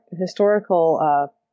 historical